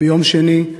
ביום שני,